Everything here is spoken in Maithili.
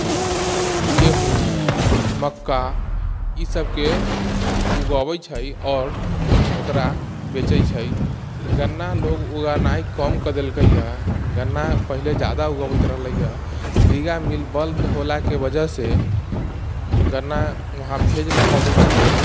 गेहूँ मक्का ई सबके उगऽबै छै आओर ओकरा बेचै छै गन्ना लोक उगेनाइ कम कऽ देलकैए गन्ना पहिले जादा उगेबैत रहलयै रीगा मील बन्द होलाके वजहसँ गन्ना वहाँ भेज नहि पबै छै लोग